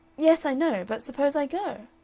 yes, i know. but suppose i go?